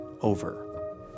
over